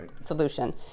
solution